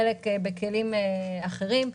חלק בכלים אחרים,